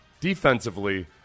defensively